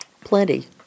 Plenty